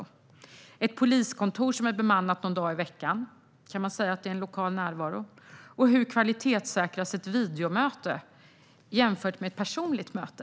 Är ett poliskontor som är bemannat någon dag i veckan lokal närvaro? Hur kvalitetssäkras ett videomöte jämfört med ett personligt möte?